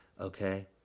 okay